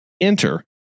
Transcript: enter